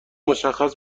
مشخص